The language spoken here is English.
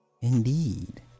indeed